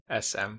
SM